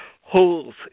holes